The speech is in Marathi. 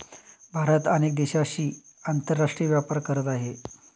भारत अनेक देशांशी आंतरराष्ट्रीय व्यापार करत आहे